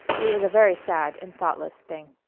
it was a very sad and thoughtless thing.